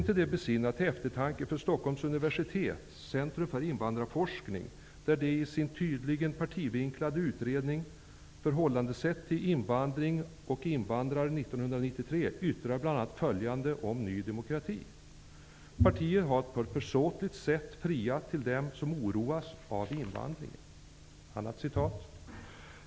Borde det inte besinna Stockholms universitet till eftertanke, detta centrum för invandrarforskning? 1993, yttrar man bl.a. följande om Ny demokrati: -- Partiet har på ett försåtligt sätt friat till dem som oroas av invandringen.